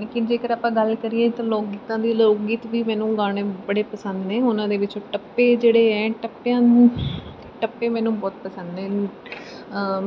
ਲੇਕਿਨ ਜੇਕਰ ਆਪਾਂ ਗੱਲ ਕਰੀਏ ਤਾਂ ਲੋਕ ਗੀਤਾਂ ਦੇ ਲੋਕ ਗੀਤ ਵੀ ਮੈਨੂੰ ਗਾਣੇ ਬੜੇ ਪਸੰਦ ਨੇ ਉਹਨਾਂ ਦੇ ਵਿੱਚ ਟੱਪੇ ਜਿਹੜੇ ਹੈ ਟੱਪਿਆਂ ਨੂੰ ਟੱਪੇ ਮੈਨੂੰ ਬਹੁਤ ਪਸੰਦ ਹੈ